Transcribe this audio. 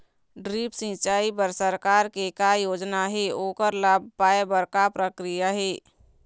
Drip सिचाई बर सरकार के का योजना हे ओकर लाभ पाय बर का प्रक्रिया हे?